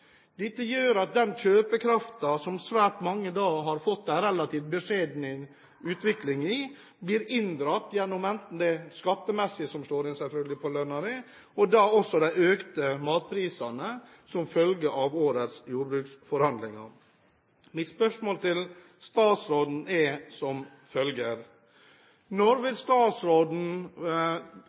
Dette gjør at den relativt beskjedne utviklingen i kjøpekraften som svært mange har fått, blir inndratt både gjennom det skattemessige, som selvfølgelig slår ut på lønnen din, og også gjennom de økte matprisene som følge av årets jordbruksforhandlinger. Mitt spørsmål til statsråden er som følger: Når vil statsråden